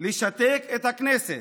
לשתק את הכנסת,